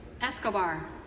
Escobar